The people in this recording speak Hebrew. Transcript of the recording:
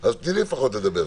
אז תני לי לפחות לדבר.